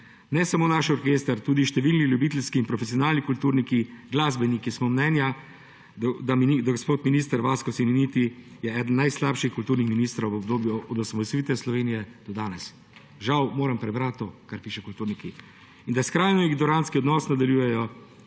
»Ne samo naš orkester, tudi številni ljubiteljski in profesionalni kulturniki, glasbeniki smo mnenja, da je gospod minister Vasko Simoniti eden najslabših kulturnih ministrov v obdobju od osamosvojitve Slovenije do danes.« Žal, moral sem prebrati, kar pišejo kulturniki. In nadaljujejo: »Skrajno ignorantski odnos do